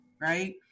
right